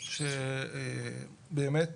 שבאמת